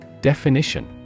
Definition